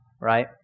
right